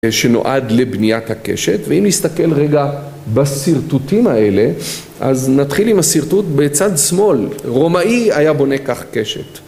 שנועד לבניית הקשת, ואם נסתכל רגע בשרטוטים האלה אז נתחיל עם השרטוט בצד שמאל, רומאי היה בונה כך קשת